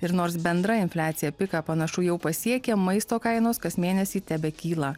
ir nors bendra infliacija piką panašu jau pasiekė maisto kainos kas mėnesį tebekyla